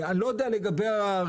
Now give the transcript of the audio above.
אני לא יודע לגבי הריבית,